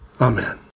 Amen